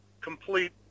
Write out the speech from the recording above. complete